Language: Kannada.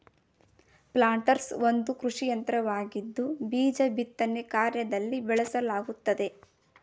ಪ್ಲಾಂಟರ್ಸ್ ಒಂದು ಕೃಷಿಯಂತ್ರವಾಗಿದ್ದು ಬೀಜ ಬಿತ್ತನೆ ಕಾರ್ಯದಲ್ಲಿ ಬಳಸಲಾಗುತ್ತದೆ